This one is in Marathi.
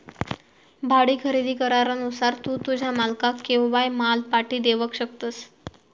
भाडे खरेदी करारानुसार तू तुझ्या मालकाक केव्हाय माल पाटी देवक शकतस